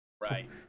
right